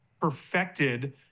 perfected